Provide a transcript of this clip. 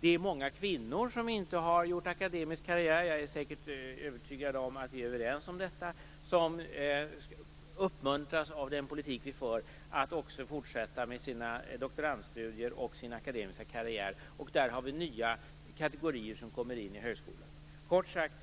Det är många kvinnor som inte har gjort akademisk karriär - jag är övertygad om att vi är överens om detta - som uppmuntras av den politik vi för att också fortsätta med sina doktorandstudier och sin akademiska karriär. Där har vi nya kategorier som kommer in i högskolan. Kort sagt